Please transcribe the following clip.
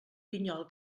pinyol